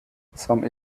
some